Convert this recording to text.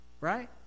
Right